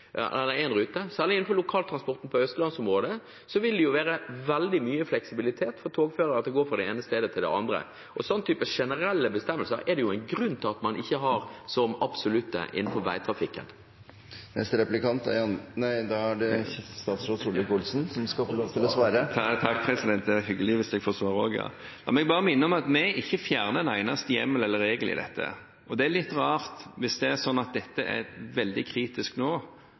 innenfor lokaltransporten i østlandsområdet vil det være veldig mye fleksibilitet for togførere til å gå fra det ene stedet til det andre, og den typen generelle bestemmelser er det jo en grunn til at man ikke har som absolutte innenfor veitrafikken. Neste replikant er – nei, statsråd Ketil Solvik-Olsen skal få lov til å svare. Takk, president – det er hyggelig hvis jeg også får svare! Da må jeg bare minne om at vi ikke har fjernet en eneste hjemmel eller regel når det gjelder dette. Og det er litt rart at en ikke så behov for å gjøre noe som helst med dette tidligere hvis det er sånn at dette er veldig kritisk nå.